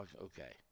Okay